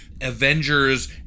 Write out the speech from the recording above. Avengers